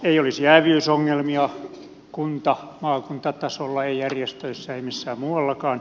ei olisi jääviysongelmia kunta ja maakuntatasolla ei järjestöissä ei missään muuallakaan